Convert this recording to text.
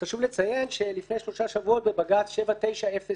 חשוב לציין שלפני שלושה שבועות בבג"ץ 7908/17,